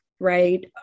right